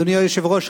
אדוני היושב-ראש,